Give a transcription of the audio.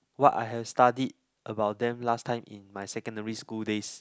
what I have studied about them last time in my secondary school days